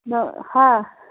ꯅꯪ ꯍꯥ